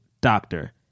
doctor